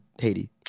Haiti